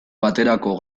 baterako